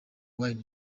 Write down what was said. wayne